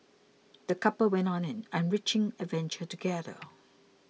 the couple went on an enriching adventure together